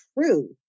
true